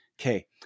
Okay